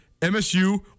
MSU